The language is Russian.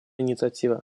инициатива